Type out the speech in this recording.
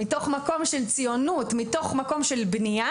של ציונות ושל בנייה